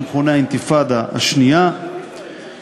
נוכח אלעזר שטרן,